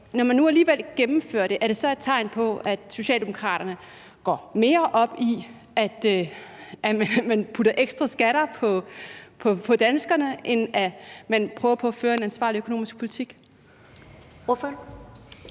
Når man nu alligevel gennemfører det, er det så et tegn på, at Socialdemokraterne går mere op i, at man pålægger danskerne ekstra skatter, end at man prøver på at føre en ansvarlig økonomisk politik?